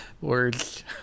words